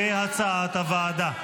כהצעת הוועדה.